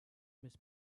miss